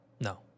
No